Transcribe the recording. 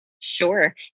Sure